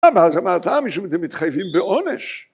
‫זה מה הטעם? ‫משום דמתחייבים בעונש.